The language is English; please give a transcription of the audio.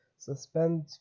Suspend